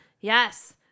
Yes